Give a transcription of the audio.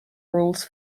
rules